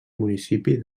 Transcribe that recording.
municipi